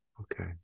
Okay